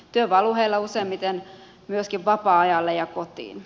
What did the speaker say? työ valuu heillä useimmiten myöskin vapaa ajalle ja kotiin